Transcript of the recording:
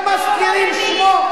רק מזכירים שמו,